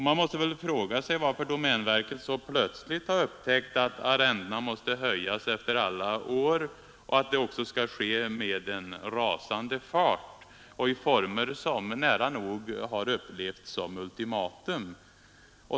Man frågar sig varför domänverket så plötsligt har upptäckt att arrendena efter alla dessa år måste höjas och att det skall ske i en så rasande fart samt i former som nära nog har upplevts som ett ultimatum.